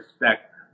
respect